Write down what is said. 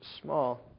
small